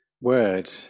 word